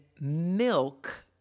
Milk